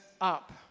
up